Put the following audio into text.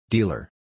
Dealer